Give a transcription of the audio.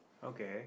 okay